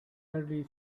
early